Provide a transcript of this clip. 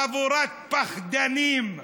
חבורת פחדנים.